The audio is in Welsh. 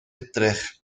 edrych